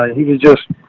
he was just,